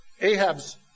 Ahab's